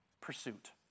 Pursuit